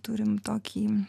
turim tokį